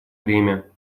время